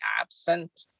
absent